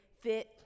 fit